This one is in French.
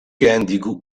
indigo